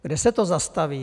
Kde se to zastaví?